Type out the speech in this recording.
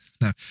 No